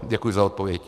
Děkuji za odpověď.